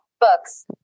books